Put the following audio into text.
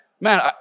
man